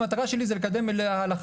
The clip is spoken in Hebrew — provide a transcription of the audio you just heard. המטרה שלי היא לקדם הלכה.